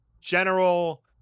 general